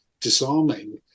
disarming